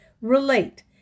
relate